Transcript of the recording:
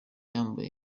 yambaye